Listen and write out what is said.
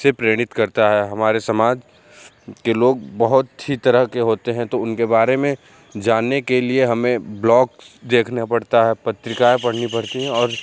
से प्रेरित करता है हमारे समाज के लोग बहुत ही तरह के होते हैं तो उनके बारे में जानने के लिए हमें ब्लॉक्स देखने पड़ते हैं पत्रिकाए पढ़नी पड़ती हैं और